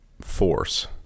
force